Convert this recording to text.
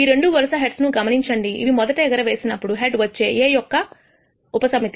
ఈ రెండు వరుస హెడ్స్ ని గమనించండి ఇవి మొదట ఎగరవేసినప్పుడు హెడ్ వచ్చే A ఘటన యొక్క ఉపసమితి